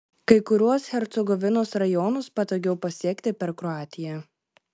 kai kuriuos hercegovinos rajonus patogiau pasiekti per kroatiją